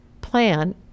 plan